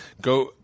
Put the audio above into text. Go –